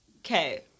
okay